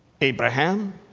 Abraham